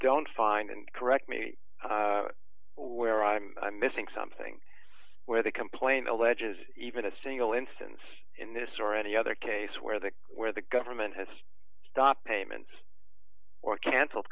don't find and correct me where i'm missing something where the complaint alleges even a single instance in this or any other case where the where the government has stopped payments or cancelled